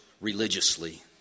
religiously